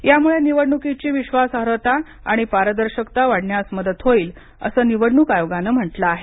यामुळे निवडणुकीची विश्वासार्हता आणि पारदर्शकता वाढण्यास मदत होईल अस निवडणूक आयोगाने म्हंटल आहे